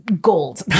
gold